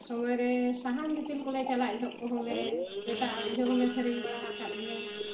ᱥᱚᱢᱚᱭ ᱨᱮ ᱥᱟᱦᱟᱱ ᱫᱤᱯᱤᱞ ᱠᱚᱞᱮ ᱪᱟᱞᱟᱜ ᱡᱚᱠᱷᱚᱱ ᱠᱚᱦᱚᱸᱞᱮ ᱡᱚᱴᱟᱜᱼᱟ ᱩᱱ ᱡᱚᱠᱷᱚᱱ ᱦᱚᱸᱞᱮ ᱥᱮᱨᱮᱧ ᱵᱟᱲᱟ ᱟᱠᱟᱫ ᱜᱮᱭᱟ